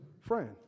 friend